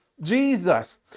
Jesus